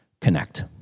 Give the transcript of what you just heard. connect